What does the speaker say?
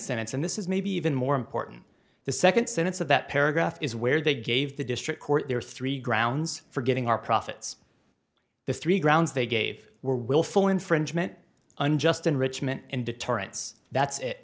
sentence and this is maybe even more important the second sentence of that paragraph is where they gave the district court there are three grounds for getting our profits the three grounds they gave were willful infringement unjust enrichment and deterrence that's it